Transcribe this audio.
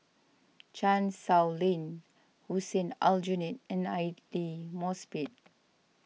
Chan Sow Lin Hussein Aljunied and Aidli Mosbit